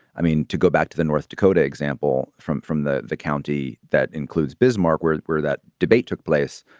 i mean, to go back to the north dakota example from from the the county that includes bismarck, where where that debate took place,